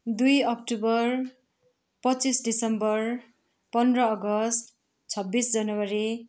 दुई अक्टोबर पच्चिस दिसम्बर पन्ध्र अगस्त छब्बिस जनवरी